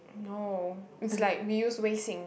no it's like we use Wei-Xing